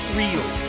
real